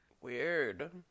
Weird